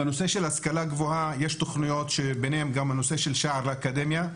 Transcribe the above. בנושא של השכלה גבוהה יש תוכניות שביניהן הנושא של שער לאקדמיה,